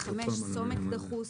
(5)סומק דחוס,